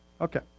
Okay